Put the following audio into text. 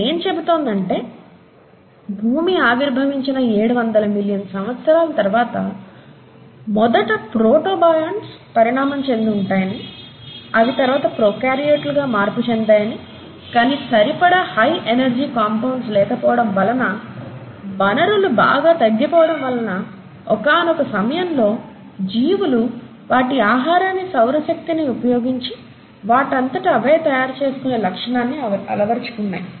ఇది ఏం చెబుతోంది అంటే భూమి ఆవిరిభావించిన 700 మిలియన్ సంవత్సరాల తర్వాత మొదట ప్రోటోబాయంట్స్ పరిణామం చెంది ఉంటాయని అవి తర్వాత ప్రోకార్యోట్లు గా మార్పు చెందాయని కానీ సరిపడా హై ఎనర్జీ కంపౌండ్స్ లేకపోవడం వలన వనరులు బాగా తగ్గిపోవడం వలన ఒకానొక సమయంలో జీవులు వాటి ఆహారాన్ని సౌర శక్తిని ఉపయోగించి వాటంతట అవే తయారు చేసుకునే లక్షణాన్ని అలవరుచుకున్నాయి